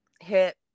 hit